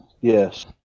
Yes